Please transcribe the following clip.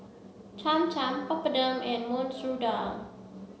Cham Cham Papadum and Masoor Dal